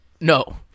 No